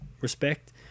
respect